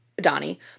Donnie